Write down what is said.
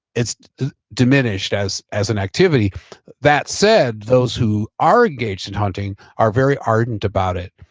it's diminished as as an activity that said, those who are engaged in hunting, are very ardent about it.